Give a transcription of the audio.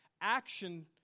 action